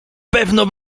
pewno